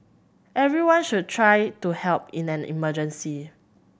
everyone should try to help in an emergency